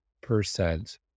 percent